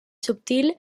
subtil